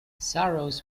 sorrows